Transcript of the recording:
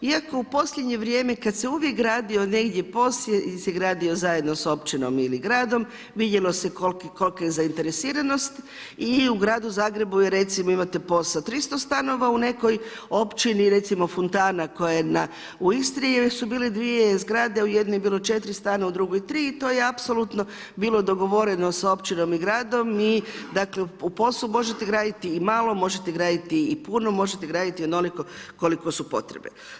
Iako u posljednje vrijeme, kada se uvijek gradi o negdje ili se gradi zajedno sa općinom ili gradom, vidjelo se kolika je zainteresiranost i u Gradu Zagrebu je recimo, imate posao 300 stanova u nekoj općini, recimo Funtana koja je u Istri, jer su bili dvije zgrade, u jednoj je bilo 4 stana i u drugoj 3. I to je apsolutno bilo dogovoreno sa općinom i gradom i dakle, u posao možete graditi i malo možete graditi i puno, možete graditi onoliko koliko su potrebe.